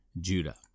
Judah